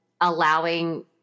allowing